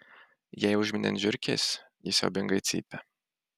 jei užmini ant žiurkės ji siaubingai cypia